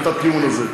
את הטיעון הזה.